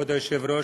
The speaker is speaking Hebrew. כבוד היושב-ראש,